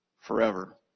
forever